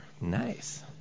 Nice